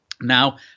Now